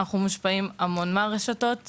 אנחנו מושפעים המון מהרשתות החברתיות.